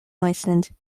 moistened